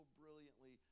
brilliantly